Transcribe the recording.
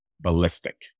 ballistic